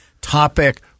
topic